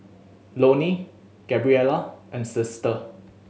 Loney Gabriella and Sister